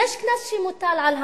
יש קנס שמוטל על המעסיק,